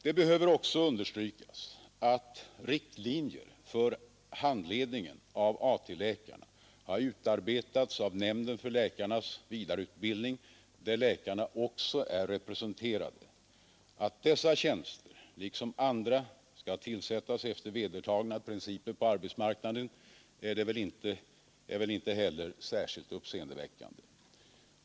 Det behöver också understrykas att riktlinjer för handledningen av AT-läkarna har utarbetats av nämnden för läkares vidareutbildning, där läkarna också är representerade. Att dessa tjänster liksom andra skall tillsättas efter vedertagna principer på arbetsmarknaden är väl inte heller särskilt uppseendeväckande.